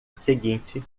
seguinte